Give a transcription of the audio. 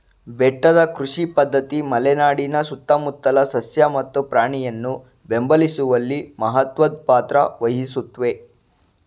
ಬೆಟ್ಟದ ಕೃಷಿ ಪದ್ಧತಿ ಮಲೆನಾಡಿನ ಸುತ್ತಮುತ್ತಲ ಸಸ್ಯ ಮತ್ತು ಪ್ರಾಣಿಯನ್ನು ಬೆಂಬಲಿಸುವಲ್ಲಿ ಮಹತ್ವದ್ ಪಾತ್ರ ವಹಿಸುತ್ವೆ